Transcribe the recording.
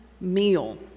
meal